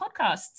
podcasts